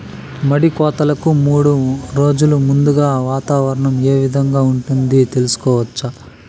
మడి కోతలకు మూడు రోజులు ముందుగా వాతావరణం ఏ విధంగా ఉంటుంది, తెలుసుకోవచ్చా?